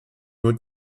nur